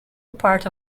part